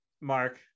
Mark